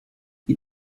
die